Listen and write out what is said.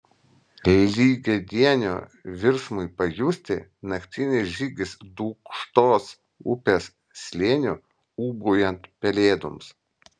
lygiadienio virsmui pajusti naktinis žygis dūkštos upės slėniu ūbaujant pelėdoms